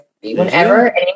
Whenever